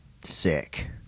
sick